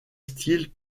styles